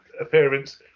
appearance